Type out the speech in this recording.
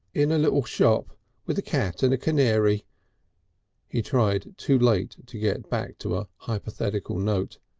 in a little shop with a cat and a canary he tried too late to get back to a hypothetical note.